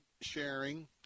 sharing